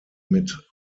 mit